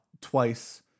twice